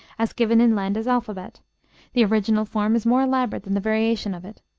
as given in landa's alphabet the original form is more elaborate than the variation of it.